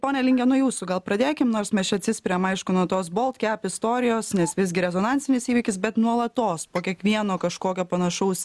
pone linge nuo jūsų gal pradėkim nors mes atsispiriam aišku nuo tos boltkep istorijos nes visgi rezonansinis įvykis bet nuolatos po kiekvieno kažkokio panašaus